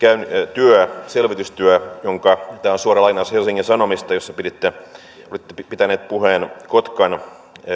selvitystyö tämä on suora lainaus helsingin sanomista kun olitte pitänyt puheen